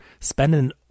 spending